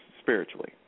spiritually